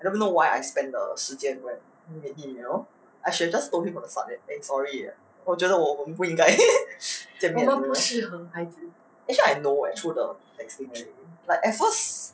I don't even know why I spend the 时间 to go and meet him you know I should just told him from the start 我觉得我们不应该见面 actually I know eh through the texting and everything like at first